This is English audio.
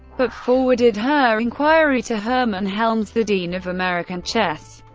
but forwarded her inquiry to hermann helms, the dean of american chess,